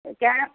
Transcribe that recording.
ஏன்